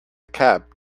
cab